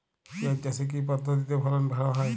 পিঁয়াজ চাষে কি পদ্ধতিতে ফলন ভালো হয়?